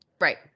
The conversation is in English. Right